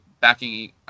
backing